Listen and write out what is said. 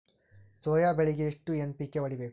Soya ಬೆಳಿಗಿ ಎಷ್ಟು NPK ಹೊಡಿಬೇಕು?